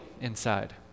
inside